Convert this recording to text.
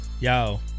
yo